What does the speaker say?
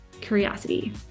curiosity